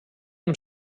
amb